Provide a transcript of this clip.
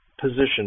position